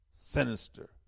sinister